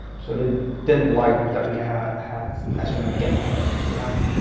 so they didn't like that we had had as many campfires as we have.